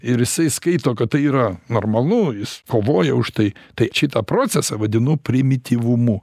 ir jisai skaito kad tai yra normalu jis kovoja už tai tai šitą procesą vadinu primityvumu